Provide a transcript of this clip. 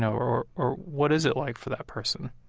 know? or or what is it like for that person?